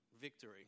victory